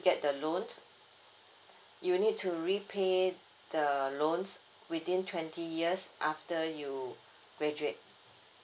get the loan you need to repay the loans within twenty years after you graduate